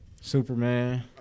Superman